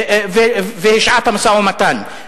והשהה את המשא-ומתן,